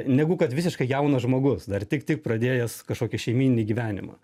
negu kad visiškai jaunas žmogus dar tik tik pradėjęs kažkokį šeimyninį gyvenimą